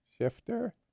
shifter